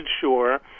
sure